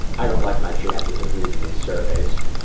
i don't like my chances at reading these surveys.